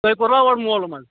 تۅہہِ کوٚروا گۅڈٕ موٗلوٗم حظ